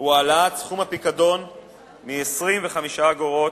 הוא העלאת סכום הפיקדון מ-25 אגורות,